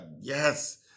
yes